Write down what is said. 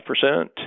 percent